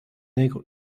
nègre